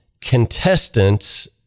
contestants